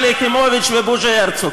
שלי יחימוביץ ובוז'י הרצוג.